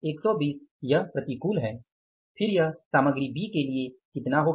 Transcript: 120 यह प्रतिकूल है और फिर यह सामग्री बी के लिए कितना होगा